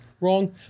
wrong